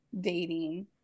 dating